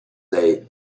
they